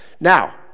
now